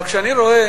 אבל כשאני רואה